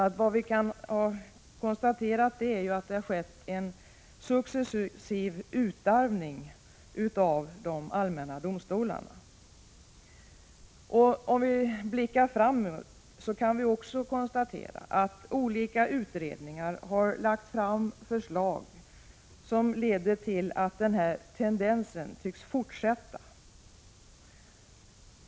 Allt vi kan konstatera är att det sker en successiv utarmning av de allmänna domstolarna. Om vi blickar framåt kan vi också konstatera att olika utredningar har lagt fram förslag som leder till att den här tendensen tycks fortsätta.